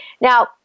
Now